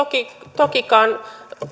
tokikaan